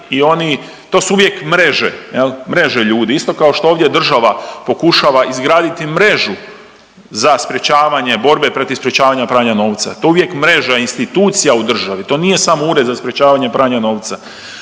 i oni, to su uvijek mreže jel, mreže ljudi. Isto kao što ovdje država pokušava izgraditi mrežu za sprječavanje, borbe protiv sprječavanja pranja novca, to je uvijek mreža institucija u državi to nije samo Ured za sprječavanje pranja novca,